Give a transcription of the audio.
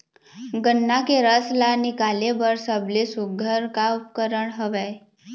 गन्ना के रस ला निकाले बर सबले सुघ्घर का उपकरण हवए?